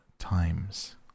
times